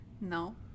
No